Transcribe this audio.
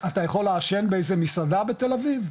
אתה יכול לעשן באיזה מסעדה בתל אביב?